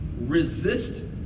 resist